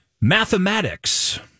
mathematics